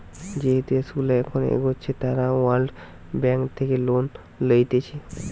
যে দেশগুলা এখন এগোচ্ছে তারা ওয়ার্ল্ড ব্যাঙ্ক থেকে লোন লইতেছে